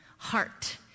heart